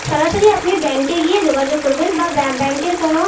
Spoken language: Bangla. সরাসরি আপনি ব্যাঙ্কে গিয়ে যোগাযোগ করবেন বা ব্যা ব্যাঙ্কের কোনো